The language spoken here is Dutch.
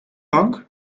bank